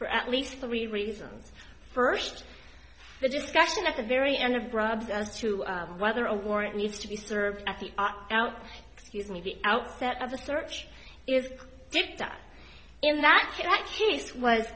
for at least three reasons first the discussion at the very end of bribes as to whether a warrant needs to be served at the out excuse me outset of the search is dicta in that case was